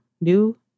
new